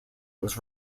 was